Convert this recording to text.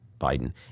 Biden